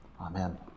Amen